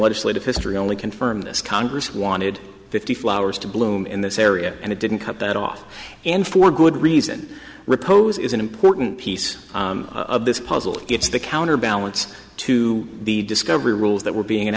legislative history only confirm this congress wanted fifty flowers to bloom in this area and it didn't cut that off and for good reason repose is an important piece of this puzzle it's the counterbalance to the discovery rules that were being